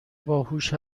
باهوش